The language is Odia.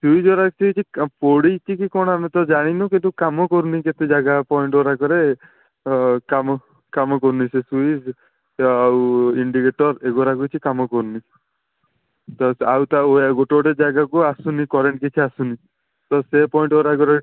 ଫ୍ରିଜ୍ ପୋଡ଼ିଛି କି କ'ଣ ଆମେ ତ ଜାଣିନୁ କିନ୍ତୁ କାମ କରୁନି କେତେ ଜାଗା ପଏଣ୍ଟ ଗୁଡ଼ାକରେ କାମ କାମ କରୁନି ସେ ସୁଇଚ୍ ଆଉ ଇଣ୍ଡିକେଟର୍ ଏଗୁଡ଼ା କିଛି କାମ କରୁନି ଆଉ ତା' ଗୋଟେ ଗୋଟେ ଜାଗାକୁ ଆସୁନି କରେଣ୍ଟ କିଛି ଆସୁନି ତ ସେ ପଏଣ୍ଟ ଗୁଡ଼ାକରେ